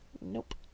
Nope